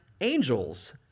angels